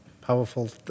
powerful